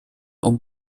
und